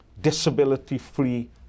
disability-free